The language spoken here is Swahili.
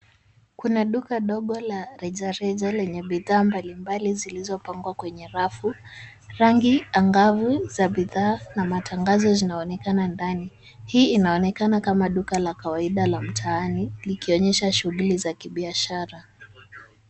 Kuna duka dogo la rejareja lenye bidhaa mbalimbali zilizopangwa kwenye rafu, rangi angavu za bidhaa na matangazo yanayo onekana ndani. Hii inaonekana kama duka la kawaida la mtaani, likionyesha shughuli za kibiashara.